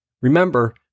Remember